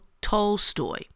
Tolstoy